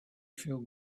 feel